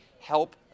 help